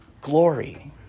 glory